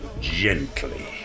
Gently